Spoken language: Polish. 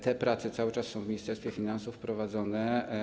Te prace cały czas są w Ministerstwie Finansów prowadzone.